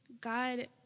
God